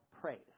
praise